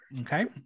Okay